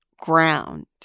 ground